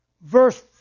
verse